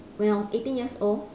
when I was eighteen years old